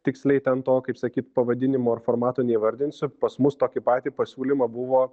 tiksliai ten to kaip sakyt pavadinimo ar formato neįvardinsiu pas mus tokį patį pasiūlymą buvo